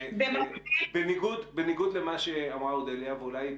בניגוד למה שאמרה אודליה ואולי היא